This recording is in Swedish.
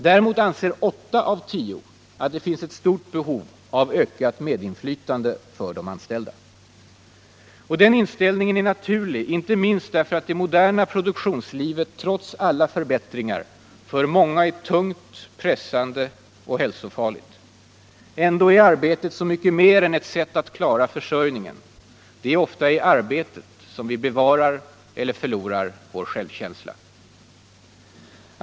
Däremot anser åtta av tio att det finns stort behov av ökat medinflytande för de anställda. Den inställningen är naturlig inte minst därför att det moderna produktionslivet, trots alla förbättringar, för många är tungt, pressande och hälsofarligt. Ändå är arbetet så mycket mer än ett sätt att klara försörjningen. Det är ofta i arbetet som vi bevarar eller förlorar vår självkänsla.